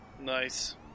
Nice